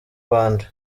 bande